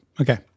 Okay